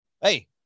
hey